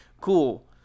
cool